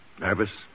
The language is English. Nervous